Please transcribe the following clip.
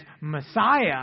Messiah